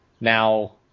Now